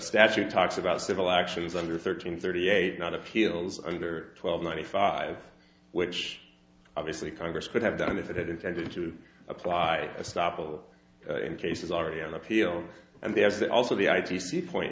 statute talks about civil actions under thirteen thirty eight not appeals under twelve ninety five which obviously congress could have done if it had intended to apply stoppel in cases already on appeal and there's also the i d c point